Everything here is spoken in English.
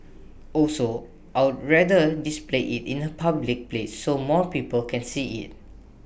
also I'd rather display IT in A public place so more people can see IT